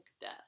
death